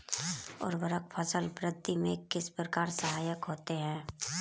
उर्वरक फसल वृद्धि में किस प्रकार सहायक होते हैं?